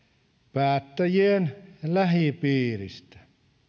päättäjien lähipiiristä